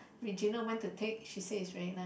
Regina went to take she says is very nice